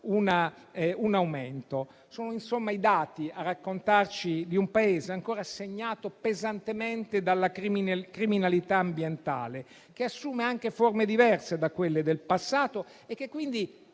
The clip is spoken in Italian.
un aumento. Insomma, sono i dati a raccontarci di un Paese ancora segnato pesantemente dalla criminalità ambientale, che assume anche forme diverse da quelle del passato e che